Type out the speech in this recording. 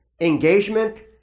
engagement